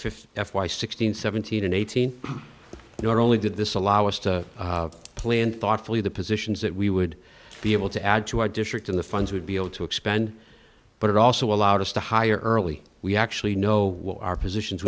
fifty f y sixteen seventeen and eighteen not only did this allow us to plan thoughtfully the positions that we would be able to add to our district in the funds would be able to expand but it also allowed us to hire early we actually know what our positions